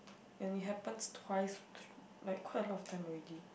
and it happens twice like quite a lot of time already